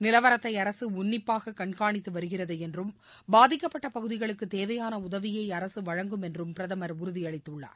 நிலவரத்தைஅரசுஉன்னிப்பாககண்காணித்துவருகிறதுஎன்றும் பாதிக்கப்பட்டபகுதிகளுக்குத் தேவையானஉதவியைஅரசுவழங்கும் என்றும் பிரதமர் உறுதியளித்துள்ளார்